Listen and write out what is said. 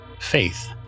faith